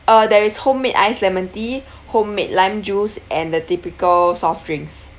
uh there is homemade ice lemon tea homemade lime juice and the typical soft drinks